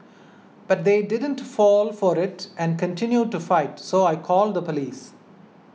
but they didn't fall for it and continued to fight so I called the police